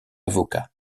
avocat